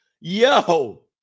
Yo